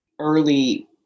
early